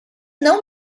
não